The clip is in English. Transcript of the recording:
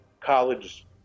college